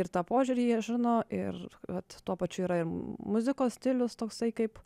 ir tą požiūrį jie žino ir vat tuo pačiu yra ir muzikos stilius toksai kaip